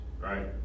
right